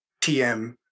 TM